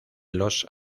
los